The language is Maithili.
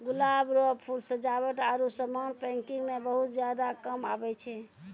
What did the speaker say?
गुलाब रो फूल सजावट आरु समान पैकिंग मे बहुत ज्यादा काम आबै छै